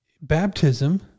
baptism